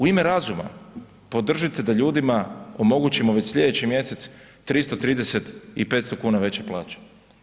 U ime razuma, podržite da ljudima omogućimo već sljedeći mjesec 330 i 500 kn veće plaće.